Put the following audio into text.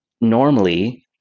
normally